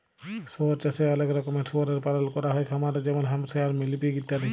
শুয়র চাষে অলেক রকমের শুয়রের পালল ক্যরা হ্যয় খামারে যেমল হ্যাম্পশায়ার, মিলি পিগ ইত্যাদি